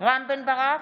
רם בן ברק,